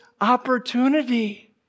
opportunity